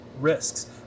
risks